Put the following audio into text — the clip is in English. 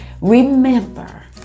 Remember